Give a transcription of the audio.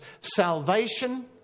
salvation